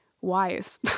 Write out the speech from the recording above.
wise